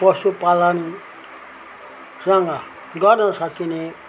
पशुपालनसँग गर्न सकिने